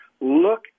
look